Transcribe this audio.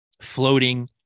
floating